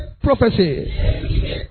prophecy